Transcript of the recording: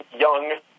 young